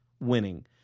winning